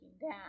down